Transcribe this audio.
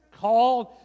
called